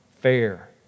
fair